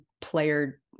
player